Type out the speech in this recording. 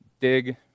dig